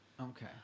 Okay